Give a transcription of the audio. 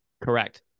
correct